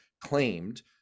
claimed